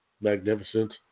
magnificent